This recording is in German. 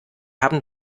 haben